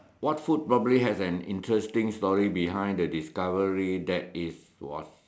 what food probably has an interesting story behind the discovery that is was